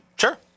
Sure